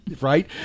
Right